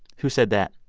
who said that?